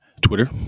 Twitter